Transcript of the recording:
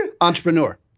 Entrepreneur